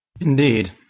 Indeed